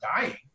dying